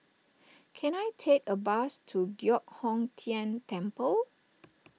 can I take a bus to Giok Hong Tian Temple